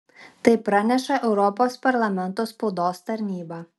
tai praneša europos parlamento spaudos tarnyba